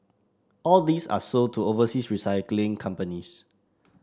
all these are sold to overseas recycling companies